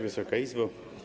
Wysoka Izbo!